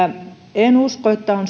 en usko että on